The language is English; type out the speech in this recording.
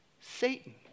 Satan